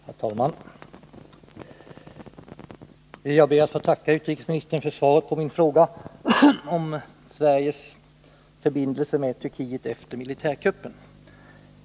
Herr talman! Jag ber att få tacka utrikesministern för svaret på min fråga om Sveriges förbindelser med Turkiet efter militärkuppen.